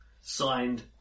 signed